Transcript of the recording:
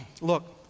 look